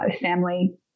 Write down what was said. family